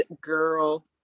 girl